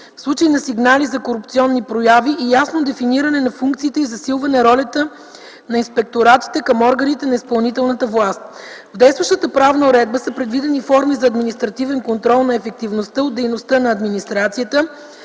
в случаи на сигнали за корупционни прояви и ясно дефиниране на функциите и засилване ролята на инспекторатите към органите на изпълнителната власт. В действащата правна уредба са предвидени форми за административен контрол на ефективността от дейността на администрацията,